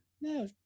No